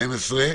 12),